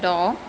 mm